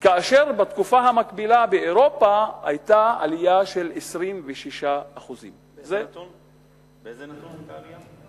כאשר בתקופה המקבילה היתה באירופה עלייה של 26%. באיזה נתון היתה עלייה?